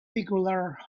peculiar